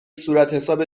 صورتحساب